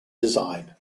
design